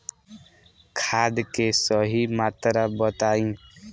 खाद के सही मात्रा बताई?